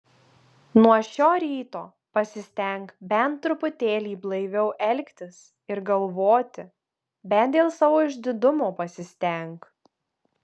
nuo šio ryto pasistenk bent truputėlį blaiviau elgtis ir galvoti bent dėl savo išdidumo pasistenk